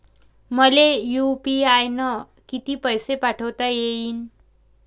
मले यू.पी.आय न किती पैसा पाठवता येईन?